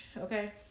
Okay